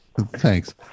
thanks